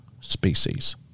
species